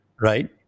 right